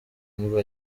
mva